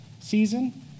season